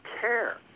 care